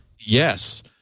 Yes